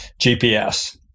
GPS